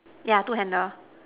yeah two handles